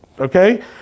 okay